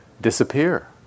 disappear